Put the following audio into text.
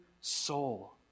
soul